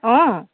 অঁ